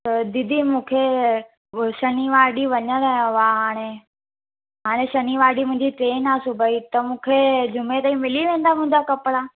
त दीदी मूंखे शनिवार ॾींहुं वञिणो आहे हाणे हाणे शनिवार ॾींहुं मुंहिंजी ट्रेन आहे सुबुह जी त मूंखे जुमे ताईं मिली वेंदा मूंखे मुंहिंजा कपिड़ा